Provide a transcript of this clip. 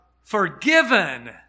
forgiven